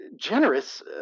generous